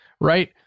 right